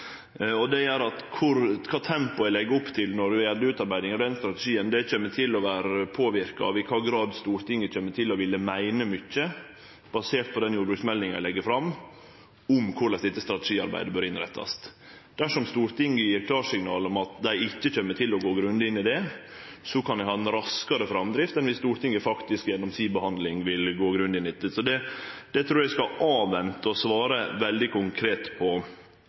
Det gjer at kva tempo eg legg opp til når det gjeld utarbeiding av den strategien, kjem til å vere påverka av i kva grad Stortinget kjem til å ville meine mykje – basert på den jordbruksmeldinga eg legg fram – om korleis dette strategiarbeidet bør innrettast. Dersom Stortinget gjev klarsignal om at dei ikkje kjem til å gå grundig inn i det, kan vi ha ei raskare framdrift enn viss Stortinget gjennom behandlinga si vil gå grundig inn i dette. Så det trur eg at eg skal vente med å svare veldig konkret på.